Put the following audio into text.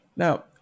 Now